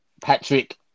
Patrick